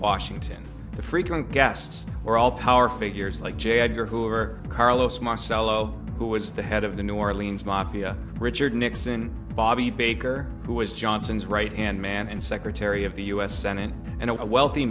washington the frequent guests were all power figures like j edgar hoover carlos marcello who was the head of the new orleans mafia richard nixon bobby baker who was johnson's right hand man and secretary of the u s senate and a wealthy